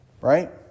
right